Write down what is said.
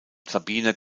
sabine